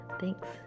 Thanks